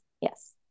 yes